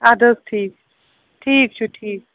اَدٕ حظ ٹھیٖک ٹھیٖک چھُ ٹھیٖک